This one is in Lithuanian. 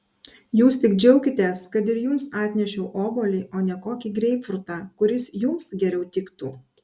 jūs tik džiaukitės kad ir jums atnešiau obuolį o ne kokį greipfrutą kuris jums geriau tiktų